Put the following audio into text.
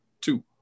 two